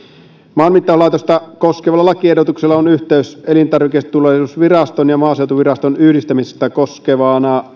maanmittauslaitosta koskevalla lakiehdotuksella on yhteys elintarviketurvallisuusviraston ja maaseutuviraston yhdistämistä koskevaan